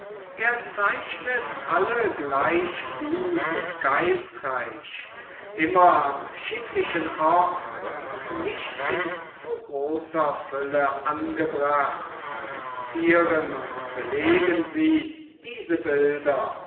er zeichnet alle gleich gut und geistreich immer am schicklichen ort und nicht in zu großer fülle angebracht zieren und beleben sie diese bilder